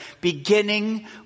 beginning